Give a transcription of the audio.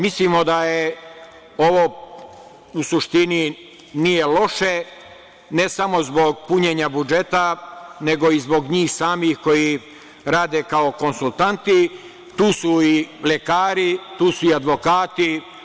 Mislimo da ovo u suštini nije loše, ne samo zbog punjenja budžeta, nego i zbog njih samih koji rade kao konsultanti, tu su i lekari, tu su i advokati.